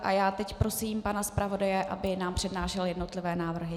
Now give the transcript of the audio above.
A teď prosím pana zpravodaje, aby nám přednášel jednotlivé návrhy.